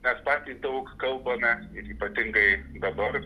mes patys daug kalbame ir ypatingai dabar